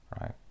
right